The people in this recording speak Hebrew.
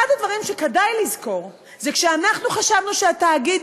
אחד הדברים שכדאי לזכור זה שכשאנחנו חשבנו שהתאגיד,